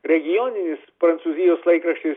regioninis prancūzijos laikraštis